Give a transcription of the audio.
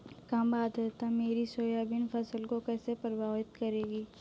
कम आर्द्रता मेरी सोयाबीन की फसल को कैसे प्रभावित करेगी?